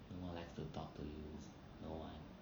don't like to talk to you don't want